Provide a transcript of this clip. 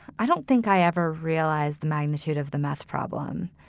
i don't think i ever realized the magnitude of the math problem.